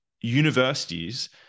universities